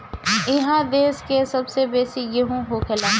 इहा देश के सबसे बेसी गेहूं होखेला